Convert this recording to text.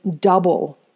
double